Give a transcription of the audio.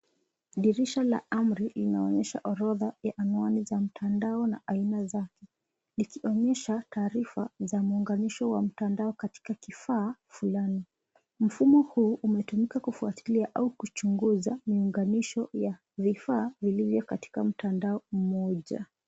Dirisha la amri inaonyesha horodha ya anwani za mtandao na aina zake, likionyesha taarifa za muunganisho wa mtandao katika kifaa fulani. Mfumo huu umetumika kufuatilia au kuchunguza miunganisho ya vifaa vilivyo katika mtandao mmoja.